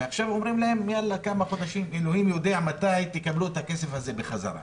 ועכשיו אומרים להם מי יודע מתי תקבלו את הכסף הזה בחזרה.